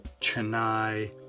Chennai